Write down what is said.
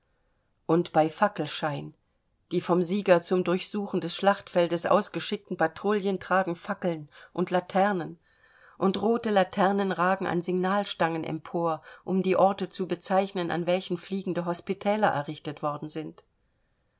und bei fackelschein die vom sieger zum durchsuchen des schlachtfeldes ausgeschickten patrouillen tragen fackeln und laternen und rote laternen ragen an signalstangen empor um die orte zu bezeichnen an welchen fliegende hospitäler errichtet worden sind